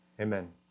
Amen